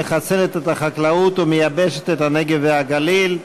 מחסלת את החקלאות ומייבשת את הנגב והגליל,